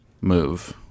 move